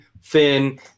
Finn